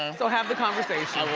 so have the conversation. i will,